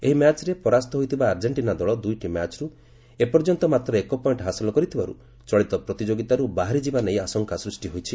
ଏହି ମ୍ୟାଚ୍ରେ ପରାସ୍ତ ହୋଇଥିବା ଆର୍ଜେଣ୍ଟିନା ଦଳ ଦୁଇଟି ମ୍ୟାଚ୍ରୁ ଏ ପର୍ଯ୍ୟନ୍ତ ମାତ୍ର ଏକ ପଏଣ୍ଟ ହାସଲ କରିଥିବାର୍ ଚଳିତ ପ୍ରତିଯୋଗିତାରୁ ବାହାରିଯିବା ନେଇ ଆଶଙ୍କା ସୃଷ୍ଟି ହୋଇଛି